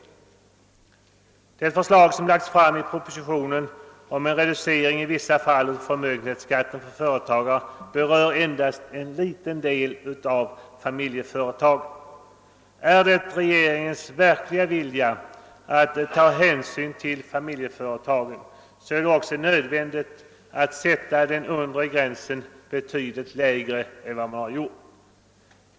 Det förslag som i propositionen framlagts om en reducering i vissa fall av förmögenhetsskatten för företagen berör endast en liten del av familjeföretagen. Är det regeringens verkliga vilja att ta hänsyn till familjeföretagen, så är det även nödvändigt att sätta den undre gränsen betydligt lägre än som skett.